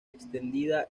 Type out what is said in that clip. extendida